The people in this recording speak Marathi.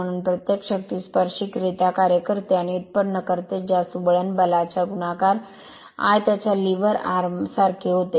म्हणून प्रत्येक शक्ती स्पर्शिकरित्या कार्य करते आणि उत्पन्न करते ज्यास वळण बलाच्या गुणाकार त्याच्या लीव्हरआर्म सारखे होते